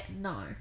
no